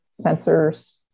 sensors